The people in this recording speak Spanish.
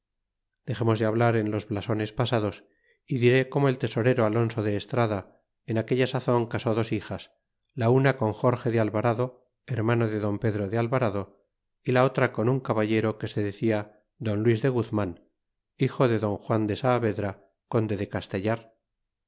dexemos de hablar en los blasones pasados y diré como el tesorero alonso de estrada en aquella sazon casó dos hijas la una con jorge de alvarado hermano de don pedro de alvarado y la otra con un caballero que se decía don luis de guzman hijo de don juan de saavedra conde del castellar